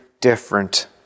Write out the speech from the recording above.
different